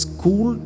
School